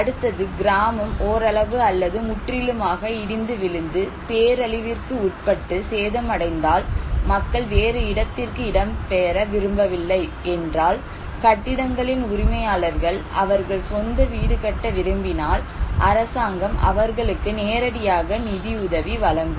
அடுத்தது கிராமம் ஓரளவு அல்லது முற்றிலுமாக இடிந்து விழுந்து பேரழிவிற்கு உட்பட்டு சேதமடைந்தால் மக்கள் வேறு இடத்திற்கு இடம்பெயர விரும்பவில்லை என்றால் கட்டிடங்களின் உரிமையாளர்கள் அவர்கள் சொந்த வீடு கட்ட விரும்பினால் அரசாங்கம் அவர்களுக்கு நேரடியாக நிதி உதவி வழங்கும்